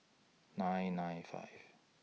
nine nine five